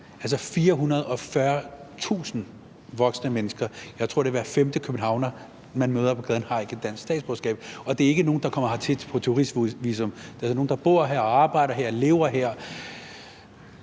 Altså, 440.000 voksne mennesker – jeg tror, det er hver femte københavner, man møder på gaden – har ikke et dansk statsborgerskab. Og der er ikke tale om nogen, der kommer hertil på et turistvisum; det er altså nogle, der bor her, arbejder her og lever her.